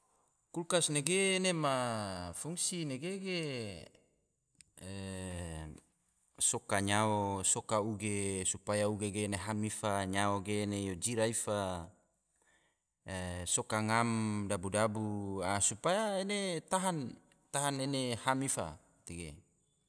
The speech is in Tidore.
Kulkas nege ene ma fungsi nege ge soka nyao, soka uge, supaya uge ge ena ham ifa, nyao ge ena jira ifa, soka ngam, dabu-dabu, supaya ena tahan, tahan ena ham ifa